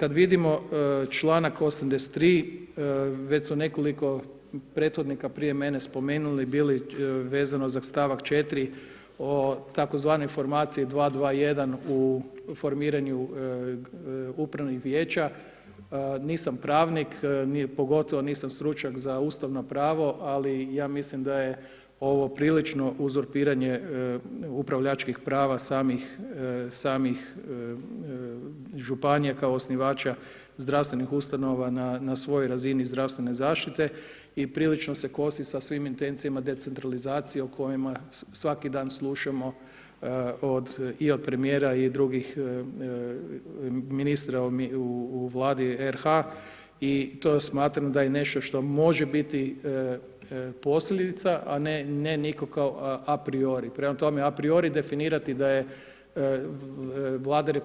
Kad vidimo članak 83. već su nekoliko prethodnika prije mene spomenuli bili vezano za stavak 4. o tzv. formaciji 2-2-1 u formiranju upravnih vijeća, nisam pravnik, pogotovo nisam stručnjak za ustavno pravo, ali ja mislim da je ovo prilično uzurpiranje upravljačkih prava samih županija kao osnivača zdravstvenih ustanova na svoj razini zdravstvene zaštite i prilično se kosi sa svim intencijama decentralizacije o kojim svaki dan slušamo i od premijera i drugih ministara u Vladi RH i to smatram da je nešto što može biti posljedica a ne nikako apriori, prema tom apriori definirati da Vlada RH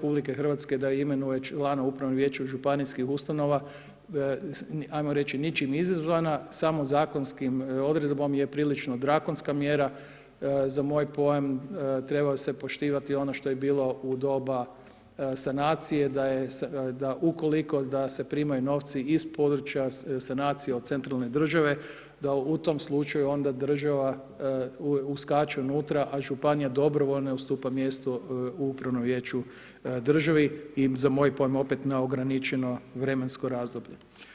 da imenuje člana u upravnom vijeću županijskih ustanova ajmo reći ničim izazvana, samo zakonskom odredbom je prilično drakonska mjera za moj pojam treba se poštivati ono što je bilo u doba sanacije da ukoliko da se primaju novci iz područja sanacije od centralne države da u tom slučaju onda država uskače unutra, a županija dobrovoljno ustupa mjesto u upravnom vijeću državi i za moj pojam opet na ograničeno vremensko razdoblje.